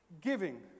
giving